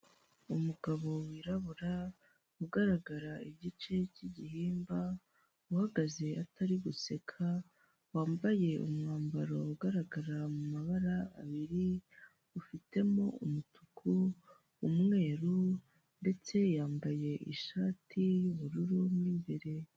Umugabo wirabura ugaragara igice cy'igihimba, uhagaze atari guseka, wambaye umwambaro ugaragara mu mabara abiri, ufitemo umutuku, umweru ndetse yambaye ishati y'ubururu mw'imbere.